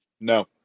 No